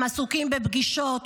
הם עסוקים בפגישות,